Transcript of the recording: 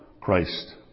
Christ